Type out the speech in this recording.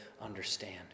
understand